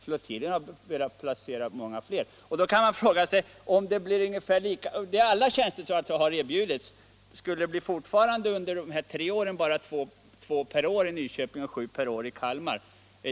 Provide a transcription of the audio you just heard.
Flottiljen har kunnat placera många fler..Då kan man fråga sig, om det kommer att fortsätta på den linjen så att man bara kommer att kunna placera två personer per år i Nyköping och sju personer per år i Kalmar.